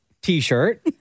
t-shirt